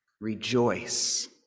rejoice